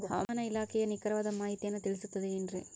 ಹವಮಾನ ಇಲಾಖೆಯ ನಿಖರವಾದ ಮಾಹಿತಿಯನ್ನ ತಿಳಿಸುತ್ತದೆ ಎನ್ರಿ?